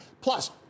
plus